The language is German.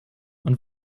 und